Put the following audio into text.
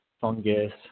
fungus